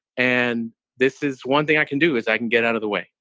and this is one thing i can do is i can get out of the way.